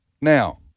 Now